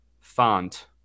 font